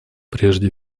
прежде